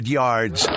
yards